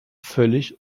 völlig